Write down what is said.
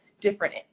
different